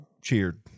cheered